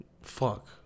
Fuck